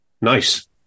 Nice